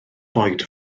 boed